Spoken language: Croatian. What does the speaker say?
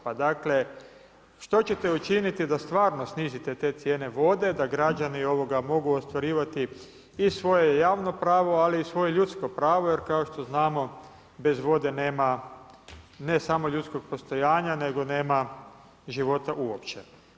Pa dakle što ćete učiniti da stvarno snizite te cijene vode da građani mogu ostvarivati i svoje javno pravo, ali i svoje ljudsko pravo jer kao što znamo bez vode nema ne samo ljudskog postojanja nego nema života u opće.